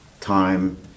time